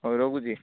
ହଉ ରଖୁଛି